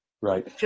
Right